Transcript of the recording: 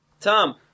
Tom